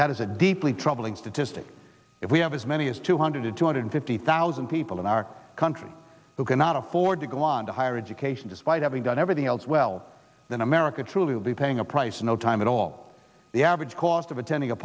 that is a deeply troubling statistic if we have as many as two hundred to two hundred fifty thousand people in our country who cannot afford to go on to higher education despite having done everything else well in america truly will be paying a price in no time at all the average cost of attending a